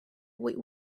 with